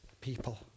people